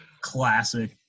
classic